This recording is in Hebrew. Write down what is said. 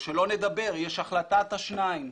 ושלא נדבר, יש החלטת השניים,